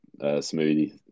smoothie